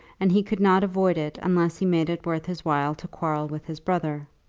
and he could not avoid it unless he made it worth his while to quarrel with his brother.